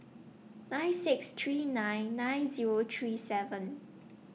nine six three nine nine Zero three seven